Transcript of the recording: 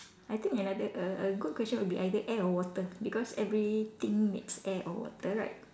I think another a a good question would be either air or water because everything needs air or water right